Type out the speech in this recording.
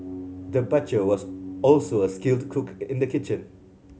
the butcher was also a skilled cook in the kitchen